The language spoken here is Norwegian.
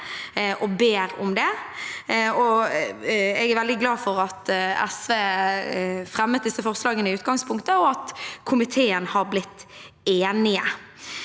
veldig glad for at SV fremmet disse forslagene i utgangspunktet, og at komiteen har blitt enig.